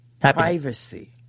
Privacy